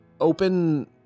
open